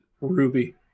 Ruby